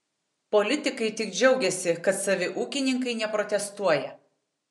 politikai tik džiaugiasi kad savi ūkininkai neprotestuoja